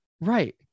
right